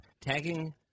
Tagging